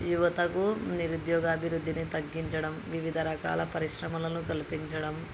యువతకు నిరుద్యోగ అభివృద్ధిని తగ్గించడం వివిధ రకాల పరిశ్రమలను కల్పించడం